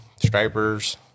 stripers